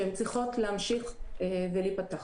שהן צריכות להמשיך ולהיפתח.